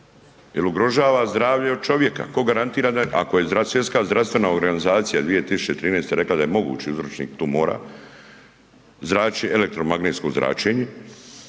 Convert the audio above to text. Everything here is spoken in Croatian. jel ugrožava zdravlje od čovjeka, ko garantira, ako je zdravstvenska, zdravstvena organizacija 2013. rekla da je mogući uzročnik tumora zračenje, elektromagnetsko zračenje.